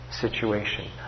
situation